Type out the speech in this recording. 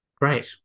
great